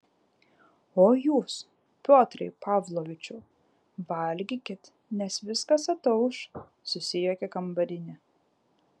o jūs piotrai pavlovičiau valgykit nes viskas atauš susijuokė kambarinė